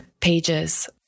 pages